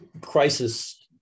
crisis